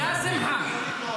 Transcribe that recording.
שמחה,